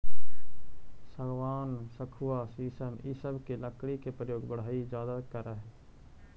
सागवान, सखुआ शीशम इ सब के लकड़ी के प्रयोग बढ़ई ज्यादा करऽ हई